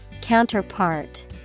Counterpart